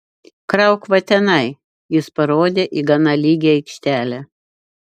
krauk va tenai jis parodė į gana lygią aikštelę